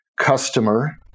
customer